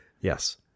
Yes